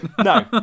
No